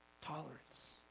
Tolerance